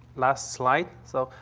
last slide. so,